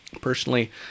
Personally